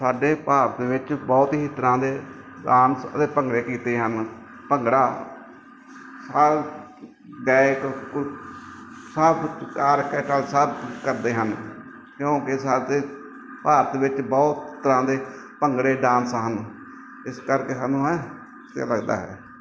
ਸਾਡੇ ਭਾਰਤ ਵਿੱਚ ਬਹੁਤ ਹੀ ਤਰ੍ਹਾਂ ਦੇ ਡਾਂਸ ਅਤੇ ਭੰਗੜੇ ਗਿੱਧੇ ਹਨ ਭੰਗੜਾ ਆ ਗਾਇਕ ਸਭ ਸਭ ਕਰਦੇ ਹਨ ਕਿਉਂਕਿ ਸਾਡੇ ਭਾਰਤ ਵਿੱਚ ਬਹੁਤ ਤਰ੍ਹਾਂ ਦੇ ਭੰਗੜੇ ਡਾਂਸ ਹਨ ਇਸ ਕਰਕੇ ਸਾਨੂੰ ਐ ਵਧੀਆ ਲੱਗਦਾ ਹੈ